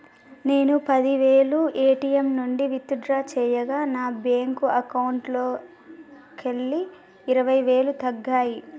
నేను పది వేలు ఏ.టీ.యం నుంచి విత్ డ్రా చేయగా నా బ్యేంకు అకౌంట్లోకెళ్ళి ఇరవై వేలు తగ్గాయి